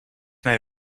mij